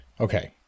okay